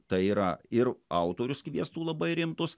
tai yra ir autorius kviestų labai rimtus